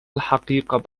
الحقيقة